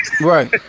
Right